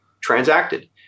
transacted